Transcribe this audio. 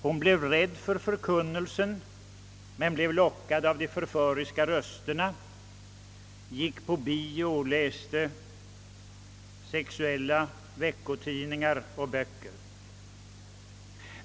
Hon blev rädd för förkunnelsen men lockades av de förföriska rösterna, gick på bio, läste sexuella veckotidningar och böcker.